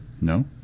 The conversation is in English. No